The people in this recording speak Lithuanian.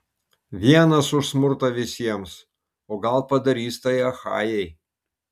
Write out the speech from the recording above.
vienas už smurtą visiems o gal padarys tai achajai